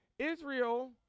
Israel